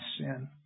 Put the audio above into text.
sin